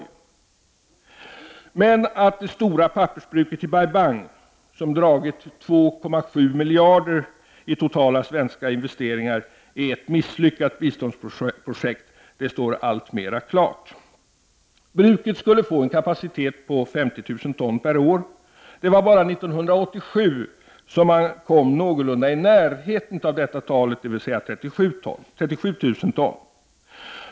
Men det står alltmer klart att det stora pappersbruket i Bai-Bang, som dragit 2,7 miljarder i totala svenska investeringar, är ett misslyckat biståndsprojekt. Bruket skulle få en kapacitet på 50 000 ton per år, men det var bara 1987 som man någorlunda kom i närheten av denna mängd. Då kom man upp i 37 000 ton.